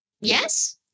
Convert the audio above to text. Yes